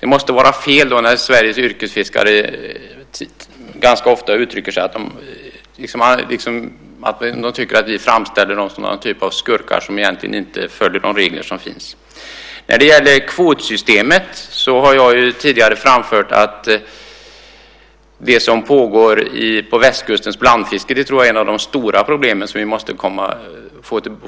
Det måste vara fel när Sveriges yrkesfiskare ganska ofta uttrycker att de tycker att vi framställer dem som någon typ av skurkar som egentligen inte följer de regler som finns. När det gäller kvotsystemet har jag tidigare framfört att jag tror att det som pågår på västkusten i fråga om blandfiske är ett av de stora problem som vi måste